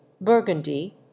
Burgundy